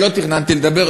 לא תכננתי לדבר.